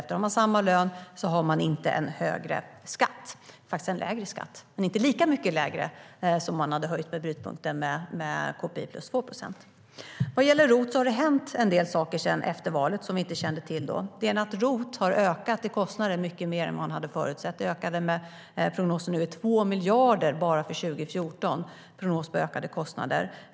Har man samma lön har man inte en högre skatt utan faktiskt en lägre skatt - men inte lika mycket lägre som om man hade höjt brytpunkten med KPI plus 2 procent. Vad gäller ROT har det hänt en del efter valet som vi inte kände till före valet. Kostnaden för ROT har ökat mycket mer än vi förutsåg. Prognosen för ökade kostnader är 2 miljarder bara för 2014.